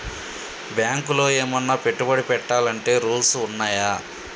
బ్యాంకులో ఏమన్నా పెట్టుబడి పెట్టాలంటే రూల్స్ ఉన్నయా?